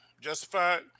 Justified